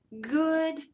good